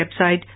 website